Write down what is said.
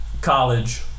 college